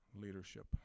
leadership